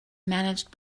managed